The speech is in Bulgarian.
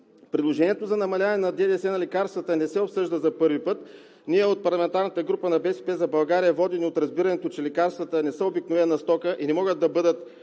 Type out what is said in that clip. Предложението за намаляване на ДДС на лекарствата не се обсъжда за първи път. Ние, от парламентарната група на „БСП за България“, водени от разбирането, че лекарствата не са обикновена стока и не могат да бъдат